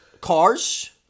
Cars